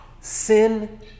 Sin